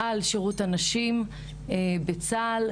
שירות הנשים בצה"ל,